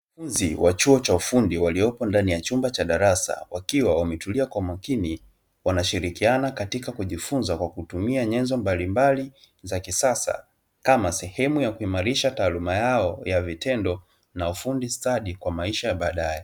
Wanafunzi wa chuo cha ufundi waliopo ndani ya chumba cha darasa wakiwa wametulia kwa umakini, wanashirikiana katika kujifunza kwa kutumia nyenzo mbalimbali za kisasa kama sehemu ya kuimarisha taaluma yao ya vitendo na ufundi stadi kwa maisha ya badae.